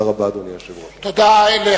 אדוני היושב-ראש, תודה רבה.